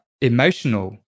emotional